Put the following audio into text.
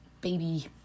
Baby